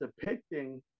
depicting